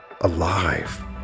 alive